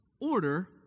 order